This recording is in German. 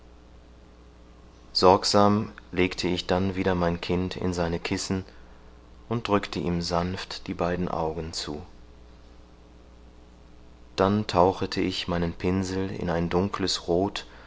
sorgsam legte ich dann wieder mein kind in seine kissen und drückte ihm sanft die beiden augen zu dann tauchete ich meinen pinsel in ein dunkles roth